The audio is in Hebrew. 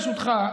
ברשותך,